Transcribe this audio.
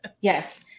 yes